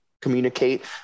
communicate